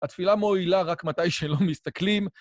התפילה מועילה רק מתי שלא מסתכלים.